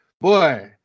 Boy